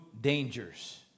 dangers